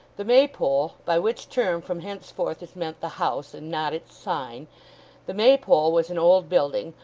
the maypole by which term from henceforth is meant the house, and not its sign the maypole was an old building,